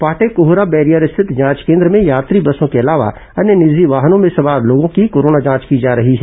Patekohra barrier स्थित जांच केन्द्र में यात्री बसों के अलावा अन्य निजी वाहनों में सवार लोगों की कोरोना जांच की जा रही है